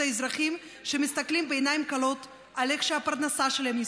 האזרחים שמסתכלים בעיניים כלות איך שהפרנסה שלהם נשרפת?